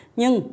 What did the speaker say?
nhưng